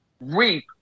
reap